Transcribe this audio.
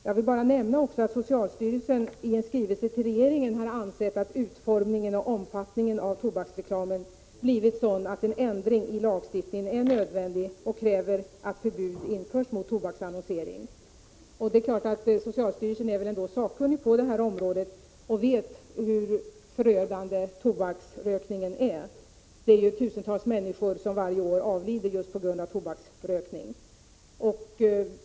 Jag vill vidare bara nämna att socialstyrelsen i en skrivelse till regeringen har ansett att utformningen och omfattningen av tobaksreklamen blivit sådan att en ändring i lagstiftningen är nödvändig och kräver att förbud införs mot — Prot. 1985/86:125 tobaksannonsering. Socialstyrelsen är väl ändå sakkunnig på detta område 23 april 1986 och vet hur förödande tobaksrökningen är. Det är tusentals människor som avlider varje år på grund av tobaksrökning.